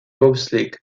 bobsleigh